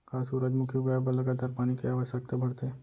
का सूरजमुखी उगाए बर लगातार पानी के आवश्यकता भरथे?